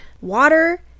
water